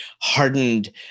hardened